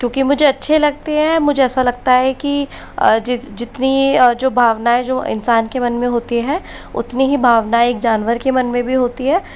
क्योंकि मुझे अच्छे लगते हैं मुझे ऐसा लगता है कि जितनी जो भावनएं जो इंसान के मन में होती हैं उतनी ही भावनएं एक जानवर में भी होती है बस